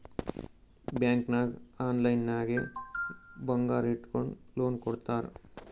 bank ನಾಗ್ online ನಾಗೆ ಬಂಗಾರ್ ಇಟ್ಗೊಂಡು ಲೋನ್ ಕೊಡ್ತಾರ್